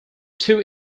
two